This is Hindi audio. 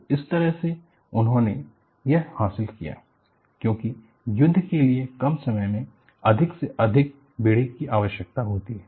तो इस तरह से उन्होंने यह हासिल किया क्योंकि युद्ध के लिए कम समय में अधिक से अधिक बेड़े की आवश्यकता होती है